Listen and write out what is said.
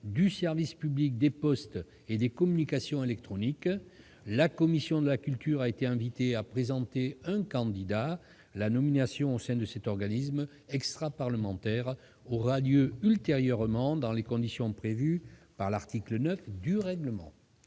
du service public des postes et des communications électroniques. La commission de la culture a été invitée à présenter un candidat. La nomination au sein de cet organisme extraparlementaire aura lieu ultérieurement, dans les conditions prévues par l'article 9 du règlement.